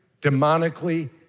demonically